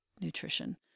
nutrition